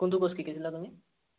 কোনটো ক'ৰ্চ শিকিছিলা তুমি